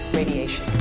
radiation